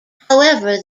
however